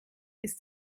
ist